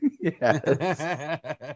Yes